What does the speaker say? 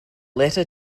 letter